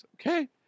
okay